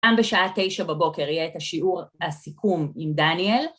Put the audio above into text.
גם בשעה תשע בבוקר יהיה את השיעור, הסיכום עם דניאל.